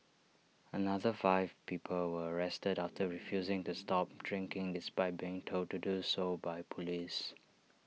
another five people were arrested after refusing to stop drinking despite being told to do so by Police